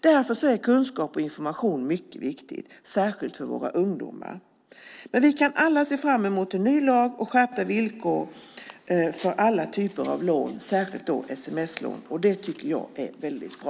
Därför är kunskap och information mycket viktig, särskilt för våra ungdomar. Vi kan alla se fram emot en ny lag och skärpta villkor för alla typer av lån, särskilt sms-lån, och det tycker jag är väldigt bra.